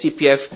CPF